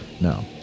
No